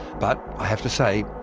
but, i have to say,